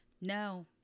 no